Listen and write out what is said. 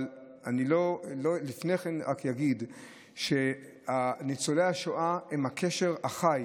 אבל לפני כן אני רק אגיד שניצולי השואה הם הקשר החי